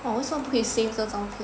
oh 为什么不可以 save 这个照片